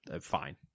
fine